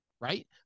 right